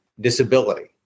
disability